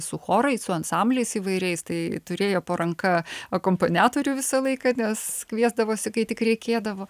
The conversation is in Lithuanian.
su chorais su ansambliais įvairiais tai turėjo po ranka akompaniatorių visą laiką nes kviesdavosi kai tik reikėdavo